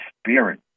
spirit